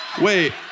wait